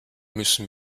müssen